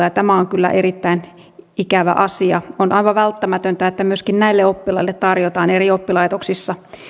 ja tämä on kyllä erittäin ikävä asia on aivan välttämätöntä että myöskin näille oppilaille tarjotaan eri oppilaitoksissa